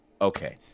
Okay